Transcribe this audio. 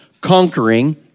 conquering